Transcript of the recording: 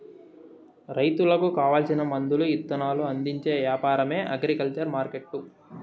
రైతులకు కావాల్సిన మందులు ఇత్తనాలు అందించే యాపారమే అగ్రికల్చర్ మార్కెట్టు